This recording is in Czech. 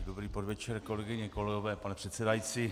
Dobrý podvečer, kolegyně, kolegové, pane předsedající.